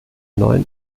neuen